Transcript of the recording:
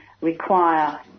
require